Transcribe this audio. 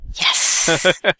Yes